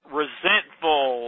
resentful